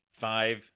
Five